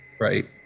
right